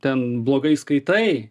ten blogai skaitai